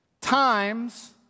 times